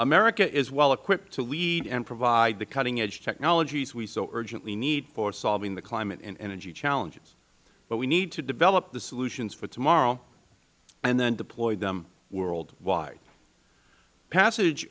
america is well equipped to lead and provide the cutting edge technologies we so urgently need for solving the climate and energy challenges but we need to develop the solutions for tomorrow and then deploy them worldwide passage